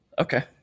Okay